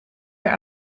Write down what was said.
weer